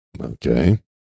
Okay